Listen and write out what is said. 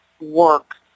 work